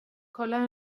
kolla